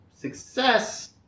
Success